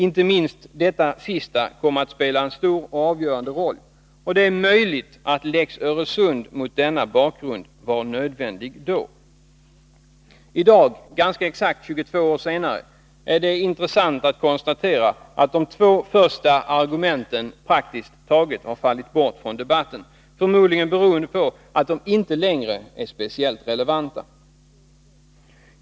Inte minst detta sista kom att spela en stor och avgörande roll. Och det är möjligt att lex Öresund mot den bakgrunden var nödvändig då. I dag, ganska exakt 22 år senare, är det intressant att konstatera att de två första argumenten praktiskt taget fallit bort från debatten, förmodligen beroende på att de inte längre är speciellt relevanta.